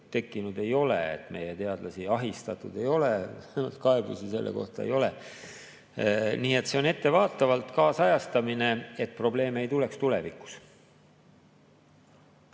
tekkinud ei ole. Meie teadlasi ahistatud ei ole, kaebusi selle kohta ei ole. Nii et see on ettevaatavalt kaasajastamine, et probleeme ei tuleks tulevikus.